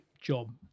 job